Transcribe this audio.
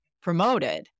promoted